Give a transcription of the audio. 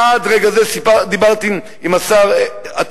עד רגע זה, ודיברתי עם השר אטיאס.